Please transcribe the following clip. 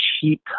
cheap